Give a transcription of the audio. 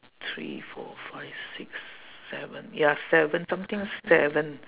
three four five six seven ya seven something seven